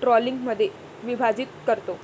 ट्रॉलिंगमध्ये विभाजित करतो